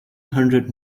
hundred